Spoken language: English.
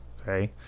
Okay